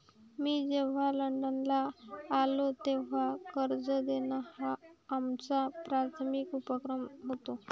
मी जेव्हा लंडनला आलो, तेव्हा कर्ज देणं हा आमचा प्राथमिक उपक्रम होता